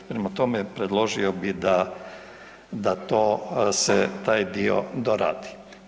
Prema tome, predložio bi da, da to se, taj dio doradi.